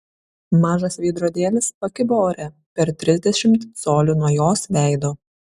mažas veidrodėlis pakibo ore per trisdešimt colių nuo jos veido